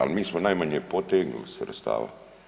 Ali mi smo najmanje potegnuli sredstava.